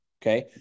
Okay